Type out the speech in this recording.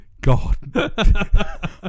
God